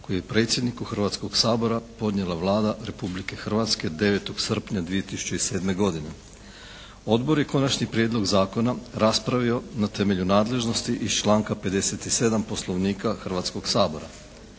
koji je predsjedniku Hrvatskog sabora podnijela Vlada Republike Hrvatske 9. srpnja 2007. godine. Odbor je Konačni prijedlog zakona raspravio na temelju nadležnosti iz članka 57. Poslovnika Hrvatskog sabora.